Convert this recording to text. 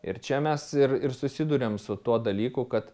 ir čia mes ir ir susiduriam su tuo dalyku kad